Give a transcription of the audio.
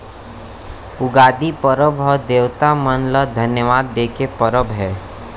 उगादी परब ह देवता मन ल धन्यवाद दे के परब हे